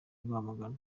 rwamagana